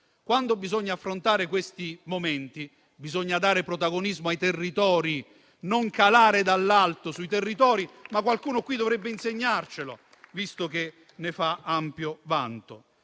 quando bisogna affrontare questi momenti, bisogna dare protagonismo ai territori, non calare le scelte dall'alto. Qualcuno qui dovrebbe insegnarcelo, visto che ne fa ampio vanto.